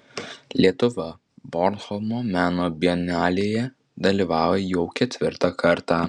lietuva bornholmo meno bienalėje dalyvauja jau ketvirtą kartą